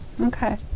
Okay